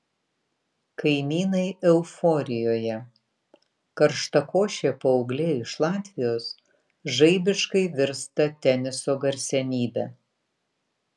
kaimynai euforijoje karštakošė paauglė iš latvijos žaibiškai virsta teniso garsenybe